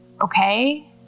Okay